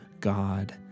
god